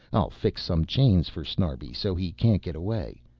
i'll fix some chains for snarbi so he can't get away,